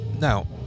Now